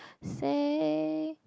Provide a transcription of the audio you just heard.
say